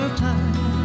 time